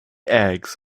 eggs